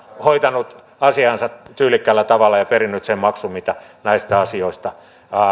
hoitanut asiansa tyylikkäällä tavalla ja perinyt sen maksun mitä näistä asioista